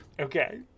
okay